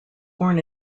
born